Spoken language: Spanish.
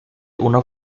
una